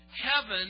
heaven